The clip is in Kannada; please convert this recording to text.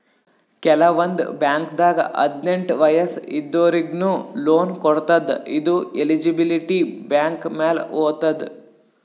ಕೆಲವಂದ್ ಬಾಂಕ್ದಾಗ್ ಹದ್ನೆಂಟ್ ವಯಸ್ಸ್ ಇದ್ದೋರಿಗ್ನು ಲೋನ್ ಕೊಡ್ತದ್ ಇದು ಎಲಿಜಿಬಿಲಿಟಿ ಬ್ಯಾಂಕ್ ಮ್ಯಾಲ್ ಹೊತದ್